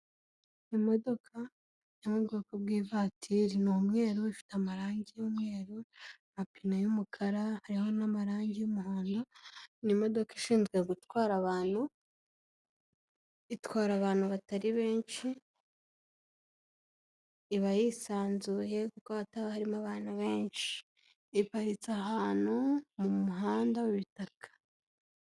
Imodoka yo mu bwoko bw'ivatiri ni umweru, ifite amarangi y'umweru, amapine y'umukara, hariho n'amarangi y'umuhondo. Ni imodoka ishinzwe gutwara abantu, itwara abantu batari benshi, iba yisanzuye kuko hataba harimo abantu benshi. Iparitse ahantu mu muhanda w'ibitaka.